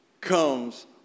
comes